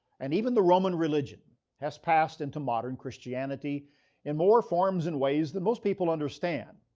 and even the roman religion has passed into modern christianity in more forms and ways than most people understand.